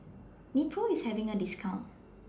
Nepro IS having A discount